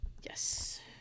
Yes